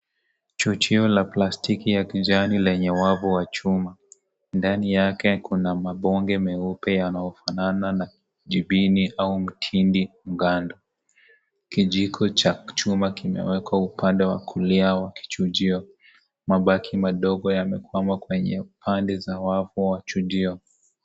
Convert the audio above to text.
Chujio la plastiki ya kijani lenye wavu wa chuma. Ndani yake kuna mabonge meupe yanayofanana na jibini au mtindi mgando. Kijiko cha chuma kimewekwa upande wa kulia wake kichujio. Mabaki madogo yamekwama kwenye pande za wavu wa chujio.